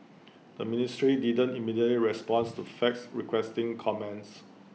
the ministry didn't immediately responds to fax requesting comments